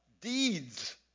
Deeds